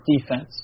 defense